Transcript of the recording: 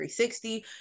360